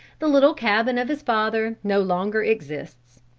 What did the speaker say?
the little cabin of his father no longer exists.